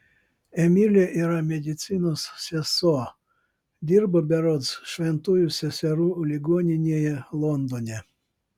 emilė yra medicinos sesuo dirba berods šventųjų seserų ligoninėje londone